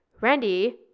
Randy